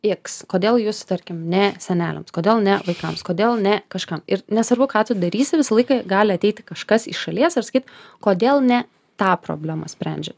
iks kodėl jūsų tarkim ne seneliams kodėl ne vaikams kodėl ne kažkam ir nesvarbu ką tu darysi visą laiką gali ateiti kažkas iš šalies ir sakyt kodėl ne tą problemą sprendžiat